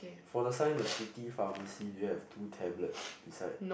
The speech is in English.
for the sign the city pharmacy do you have two tablets beside